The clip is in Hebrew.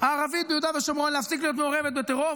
הערבית ביהודה ושומרון להפסיק להיות מעורבת בטרור,